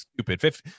stupid